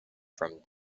from